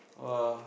!wah!